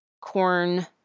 corn